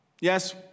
Yes